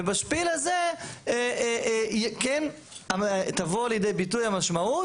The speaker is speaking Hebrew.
ובשפיל הזה כן תבוא לידי ביטוי המשמעות